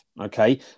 Okay